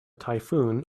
typhoon